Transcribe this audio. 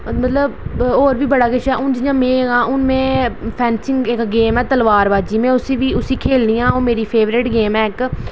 मतलब होर बी बड़ा किश जि'यां में आं फैंसिंग इक गेम ऐ तलवारबाज़ी होर में बी उसी खेल्लनी आं मेरी फेवरेट गेम ऐ इक्क